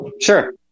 sure